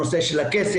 הנושא של הכסף,